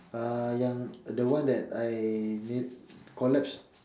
uh yang the one that I near collapsed